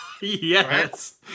Yes